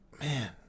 man